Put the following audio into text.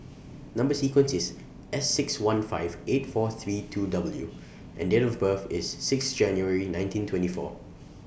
Number sequence IS S six one five eight four three two W and Date of birth IS six January nineteen twenty four